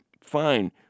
fine